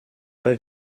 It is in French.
pas